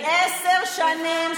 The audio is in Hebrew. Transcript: של עשר שנים,